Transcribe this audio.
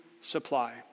supply